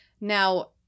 Now